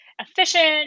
efficient